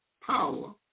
power